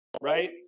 right